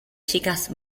chicas